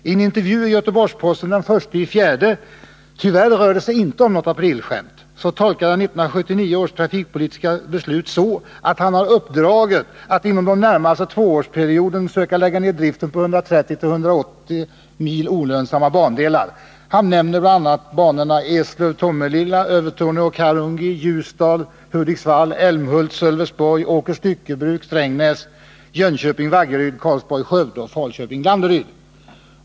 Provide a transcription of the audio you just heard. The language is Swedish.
I en intervju i Göteborgs-Posten den 1 april — tyvärr rör det sig inte om något aprilskämt — tolkar han 1979 års trafikpolitiska beslut så att han har uppdraget att inom den närmaste tvåårsperioden söka lägga ned driften på 130-180 mil olönsamma bandelar. Han nämner bl.a. banorna Eslöv-Tomelilla, Övertorneå-Karungi, Ljusdal-Hudiksvall, Älmhult-Sölvesborg, Åkers styckebruk-Strängnäs, Jönköping-Vaggeryd, Karlsborg-Skövde och Falköping-Landeryd.